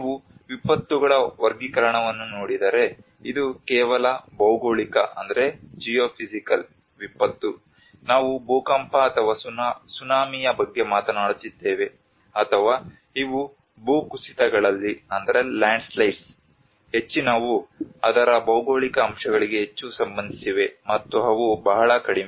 ನೀವು ವಿಪತ್ತುಗಳ ವರ್ಗೀಕರಣವನ್ನು ನೋಡಿದರೆ ಇದು ಕೇವಲ ಭೌಗೋಳಿಕ ವಿಪತ್ತು ನಾವು ಭೂಕಂಪ ಅಥವಾ ಸುನಾಮಿಯ ಬಗ್ಗೆ ಮಾತನಾಡುತ್ತಿದ್ದೇವೆ ಅಥವಾ ಇವು ಭೂಕುಸಿತಗಳಲ್ಲಿ ಹೆಚ್ಚಿನವು ಅದರ ಭೌಗೋಳಿಕ ಅಂಶಗಳಿಗೆ ಹೆಚ್ಚು ಸಂಬಂಧಿಸಿವೆ ಮತ್ತು ಅವು ಬಹಳ ಕಡಿಮೆ